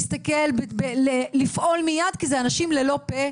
להסתכל, לפעול מיד כי זה אנשים ללא פה.